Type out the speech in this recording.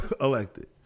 elected